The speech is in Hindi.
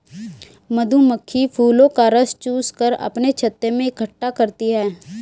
मधुमक्खी फूलों का रस चूस कर अपने छत्ते में इकट्ठा करती हैं